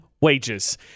wages